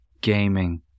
gaming